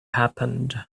happened